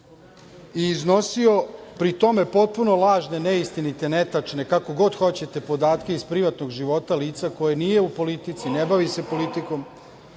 i iznosio pri tome potpuno lažne, neistinite, netačne, kako god hoćete, podatke iz privatnog života lica koje nije u politici, ne bavi se politikom.